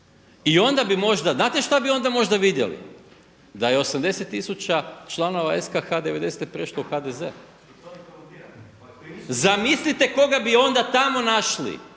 I onda bi možda, znate šta bi onda možda vidjeli? Da je 80000 članova SKH devedesete prešlo u HDZ. Zamislite onda koga bi tamo našli?